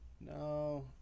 no